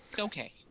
Okay